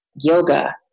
yoga